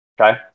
Okay